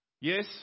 yes